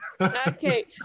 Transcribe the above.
okay